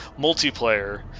multiplayer